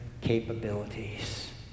capabilities